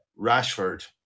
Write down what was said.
Rashford